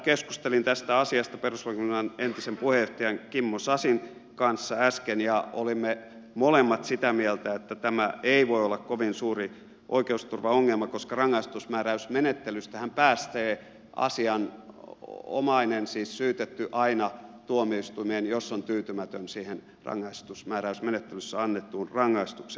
keskustelin tästä asiasta perustuslakivaliokunnan entisen puheenjohtajan kimmo sasin kanssa äsken ja olimme molemmat sitä mieltä että tämä ei voi olla kovin suuri oikeusturvaongelma koska rangaistusmääräysmenettelystähän pääsee asianomainen siis syytetty aina tuomioistuimeen jos on tyytymätön siihen rangaistusmääräysmenettelyssä annettuun rangaistukseen